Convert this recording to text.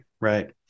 right